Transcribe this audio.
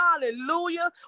Hallelujah